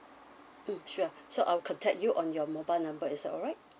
mm sure so I'll contact you on your mobile number is that alright